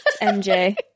MJ